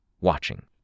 watching